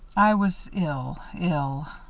i was ill, ill.